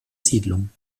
siedlung